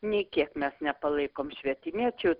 nei kiek mes nepalaikom švietimiečių